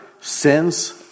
Sins